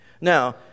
now